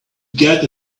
get